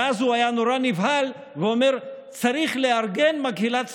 ואז הוא היה נורא נבהל ואומר: צריך לארגן מקהלת סטודנטים.